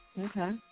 Okay